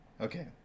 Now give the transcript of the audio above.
Okay